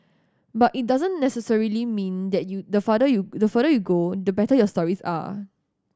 but it doesn't necessarily mean that you the farther you the further you go the better your stories are